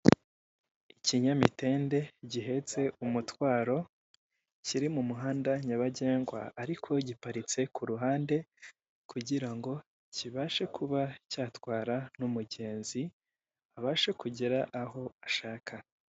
Ikinyamitende gihetse umutwaro kiri mu muhanda nyabagendwa ariko giparitse ku ruhande kugira ngo kibashe kuba cyatwara n'umugenzi abashe kugera aho ashaka.